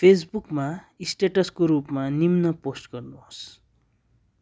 फेसबुकमा स्टेटसको रूपमा निम्न पोस्ट गर्नुहोस्